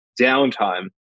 downtime